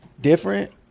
different